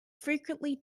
frequently